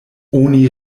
oni